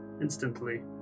instantly